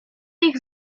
ich